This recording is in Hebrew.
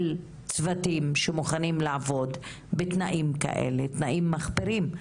צוותים שמוכנים לעבוד בתנאים כאלה שהם תנאים מחפירים.